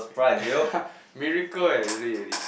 yeah miracle eh really really